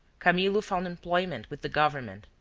camillo found employment with the government,